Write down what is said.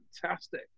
Fantastic